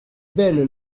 belle